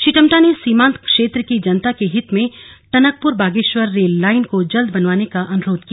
श्री टम्टा ने सीमान्त क्षेत्र की जनता के हित में टनकपुर बागेश्वर रेल लाईन को जल्द बनवाने का अनुरोध किया